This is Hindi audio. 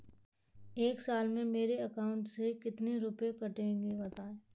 एक साल में मेरे अकाउंट से कितने रुपये कटेंगे बताएँ?